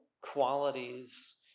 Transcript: qualities